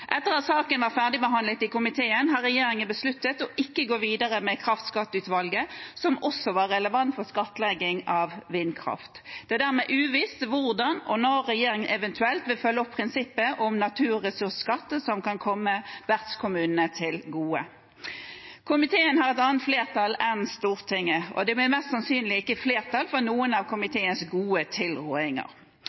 Etter at saken var ferdig behandlet i komiteen, har regjeringen besluttet ikke å gå videre med kraftskatteutvalget, som også var relevant for skattlegging av vindkraft. Det er dermed uvisst hvordan og når regjeringen eventuelt vil følge opp prinsippet om naturressursskatt som kan komme vertskommunene til gode. Komiteen har et annet flertall enn Stortinget, og det blir mest sannsynlig ikke flertall for noen av komiteens gode tilrådinger.